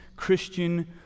Christian